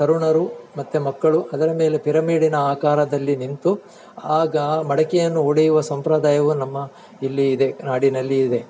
ತರುಣರು ಮತ್ತು ಮಕ್ಕಳು ಅದರ ಮೇಲೆ ಪಿರಮಿಡ್ಡಿನ ಆಕಾರದಲ್ಲಿ ನಿಂತು ಆಗ ಮಡಿಕೆಯನ್ನು ಒಡೆಯುವ ಸಂಪ್ರದಾಯವು ನಮ್ಮ ಇಲ್ಲಿ ಇದೆ ನಾಡಿನಲ್ಲಿ ಇದೆ